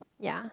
ya